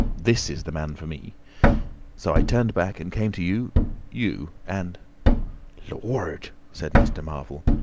this is the man for me so i turned back and came to you you. and lord! said mr. marvel.